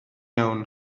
iawn